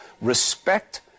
respect